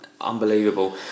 unbelievable